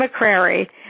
McCrary